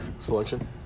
Selection